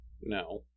No